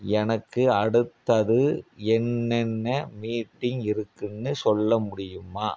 எனக்கு அடுத்தது என்னென்ன மீட்டிங் இருக்குன்னு சொல்ல முடியுமா